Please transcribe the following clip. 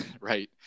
right